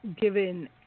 given